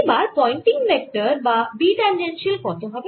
এবার Poynting vector বা B tangential কত হবে